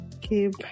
keep